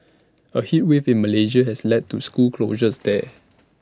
A heat wave in Malaysia has led to school closures there